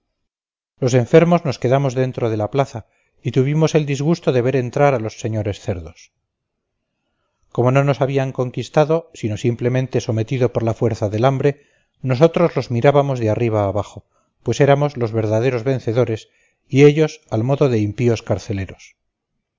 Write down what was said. los enfermos nos quedamos dentro de la plaza y tuvimos el disgusto de ver entrar a los señores cerdos como no nos habían conquistado sino simplemente sometido por la fuerza del hambre nosotros los mirábamos de arriba abajo pues éramos los verdaderos vencedores y ellos al modo de impíos carceleros